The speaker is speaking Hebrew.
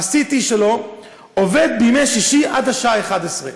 ה-CT שלו עובד בימי שישי עד השעה 11:00,